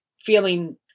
feeling